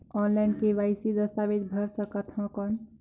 Online KYC दस्तावेज भर सकथन कौन?